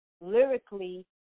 Lyrically